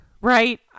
right